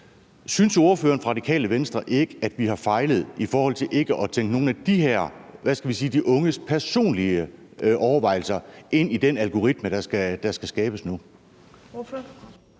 Synes ordføreren fra Radikale Venstre ikke, at vi har fejlet i forhold til ikke at tænke de unges personlige overvejelser ind i den algoritme, der skal skabes nu? Kl.